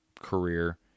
career